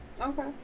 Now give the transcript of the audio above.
Okay